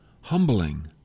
humbling